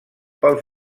pels